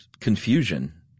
confusion